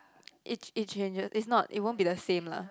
it it changes it's not it won't be the same lah